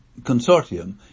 consortium